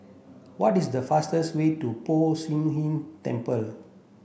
what is the fastest way to Poh Shih Ern Temple